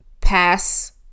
pass